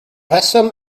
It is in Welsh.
rheswm